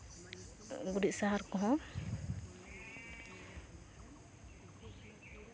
ᱜᱩᱨᱤᱡ ᱥᱟᱦᱟᱨ ᱠᱚᱦᱚᱸ